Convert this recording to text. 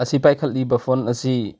ꯑꯁꯤ ꯄꯥꯏꯈꯠꯂꯤꯕ ꯐꯣꯟ ꯑꯁꯤ